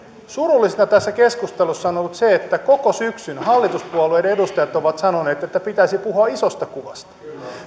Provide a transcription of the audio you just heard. surullista tässä keskustelussa on ollut se että koko syksyn hallituspuolueiden edustajat ovat sanoneet että pitäisi puhua isosta kuvasta